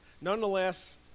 nonetheless